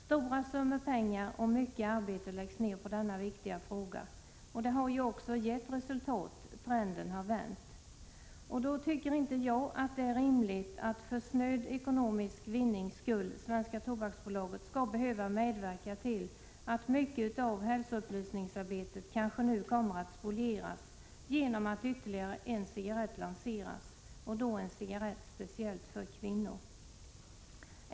Stora summor pengar och mycket arbete läggs ned på denna viktiga fråga. Arbetet har också gett resultat — trenden har vänt. Då tycker jag inte det är rimligt att Tobaksbolaget för shöd ekonomisk vinnings skull skall behöva medverka till att mycket av hälsoupplysningsarbetet kanske nu spolieras genom att ytterligare en cigarett lanseras — och då en cigarett speciellt för kvinnor.